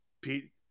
Pete